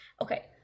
okay